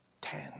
Ten